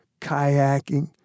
kayaking